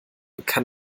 kann